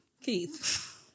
Keith